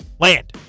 land